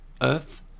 earth